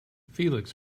felix